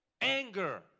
anger